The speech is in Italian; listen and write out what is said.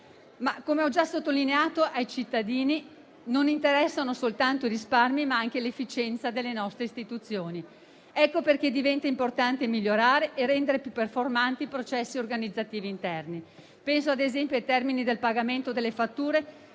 Come ho già sottolineato, però, ai cittadini interessano non soltanto i risparmi, ma anche l'efficienza delle nostre istituzioni. Per questo diventa importante migliorare e rendere più performanti i processi organizzativi interni. Penso - ad esempio - ai termini del pagamento delle fatture